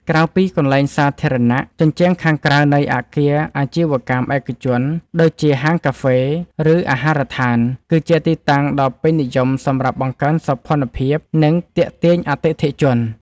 ក្រៅពីកន្លែងសាធារណៈ ជញ្ជាំងខាងក្រៅនៃអាគារអាជីវកម្មឯកជន ដូចជាហាងកាហ្វេ ឬអាហារដ្ឋាន គឺជាទីតាំងដ៏ពេញនិយមសម្រាប់បង្កើនសោភ័ណភាព និងទាក់ទាញអតិថិជន។